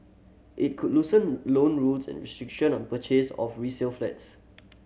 it could loosen loan rules and restriction on purchase of resale flats